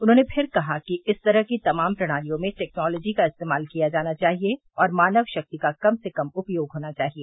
उन्होंने फिर कहा कि इस तरह की तमाम प्रणालियों में टैक्नोलॉजी का इस्तेमाल किया जाना चाहिए और मानव शक्ति का कम से कम उपयोग होना चाहिए